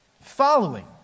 following